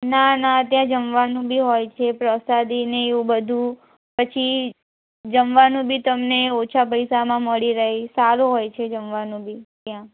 ના ના ત્યાં જમવાનું બી હોય છે પ્રસાદીને એવું બધું પછી જમવાનું બી તમને ઓછા પૈસામાં મળી રહે સારું હોય છે જમવાનું બી ત્યાં